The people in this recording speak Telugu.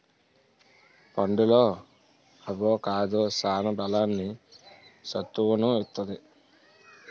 పండులో అవొకాడో సాన బలాన్ని, సత్తువును ఇత్తది